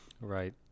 Right